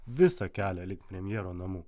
visą kelią link premjero namų